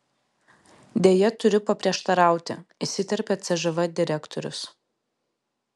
deja turiu paprieštarauti įsiterpė cžv direktorius